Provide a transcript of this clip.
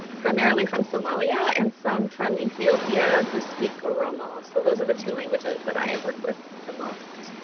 primarily from somalia and some from ethiopia who speak oromo. and so those are the two languages that i work with the most.